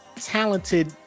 talented